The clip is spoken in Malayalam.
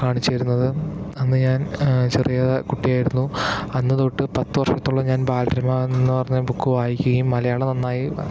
കാണിച്ചു തരുന്നത് അന്ന് ഞാൻ ചെറിയ കുട്ടിയായിരുന്നു അന്ന് തൊട്ട് പത്ത് വർഷത്തോളം ഞാൻ ബാലരമയെന്നു പറഞ്ഞ ബുക്ക് വായിക്കുകയും മലയാളം നന്നായി